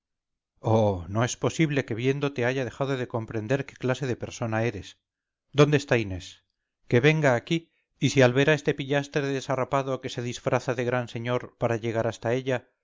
oh no es posible que viéndote haya dejado de comprender qué clase de persona eres dónde está inés que venga aquí y si al ver este pillastre desarrapado que se disfraza de gran señor para llegar hasta ella